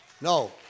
No